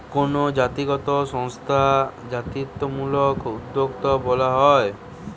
কোনো জাতিগত সংস্থা জাতিত্বমূলক উদ্যোক্তা বলা হয়